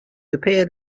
appeared